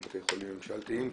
מבתי חולים ממשלתיים,